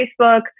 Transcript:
Facebook